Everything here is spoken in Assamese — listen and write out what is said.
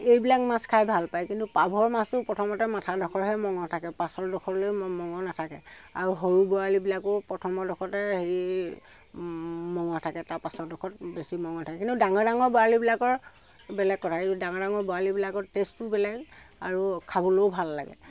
এইবিলাক মাছ খাই ভাল পায় কিন্তু পাভৰ মাছটোও প্ৰথমতে মাথাডোখৰহে মঙহ থাকে পাছৰডোখৰলৈ মঙহ নাথাকে আৰু সৰু বৰালিবিলাকো প্ৰথমডোখৰতে হেৰি ম মঙহ থাকে তাৰ পাছৰডোখৰত বেছি মঙহ নাথাকে কিন্তু ডাঙৰ ডাঙৰ বৰালিবিলাকৰ বেলেগ কথা ডাঙৰ ডাঙৰ বৰালিবিলাকৰ টেষ্টো বেলেগ আৰু খাবলৈও ভাল লাগে